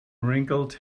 wrinkled